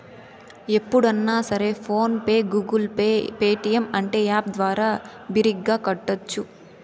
ఎప్పుడన్నా సరే PhonePe Google Pay Paytm అంటే యాప్ ద్వారా బిరిగ్గా కట్టోచ్చు